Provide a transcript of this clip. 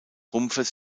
rumpfes